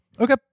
Okay